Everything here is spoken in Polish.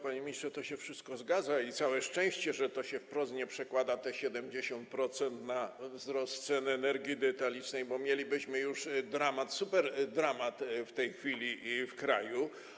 Panie ministrze, to się wszystko zgadza i całe szczęście, że to się wprost nie przekłada, te 70%, na wzrost cen energii detalicznej, bo mielibyśmy już dramat, superdramat w tej chwili w kraju.